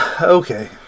Okay